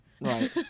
Right